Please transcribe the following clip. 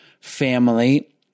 family